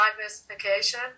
diversification